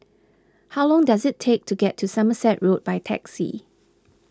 how long does it take to get to Somerset Road by taxi